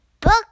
book